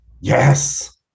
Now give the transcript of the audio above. yes